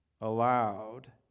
allowed